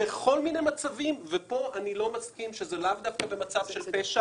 בכל מיני מצבים ופה אני לא מסכים שזה לאו דווקא במצב של פשע